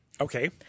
Okay